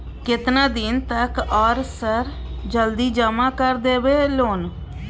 केतना दिन तक आर सर जल्दी जमा कर देबै लोन?